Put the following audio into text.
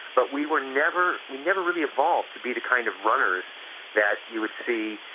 but we were never we never really evolved to be the kind of runners that you would see,